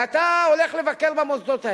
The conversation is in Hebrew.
ואתה הולך לבקר במוסדות האלה,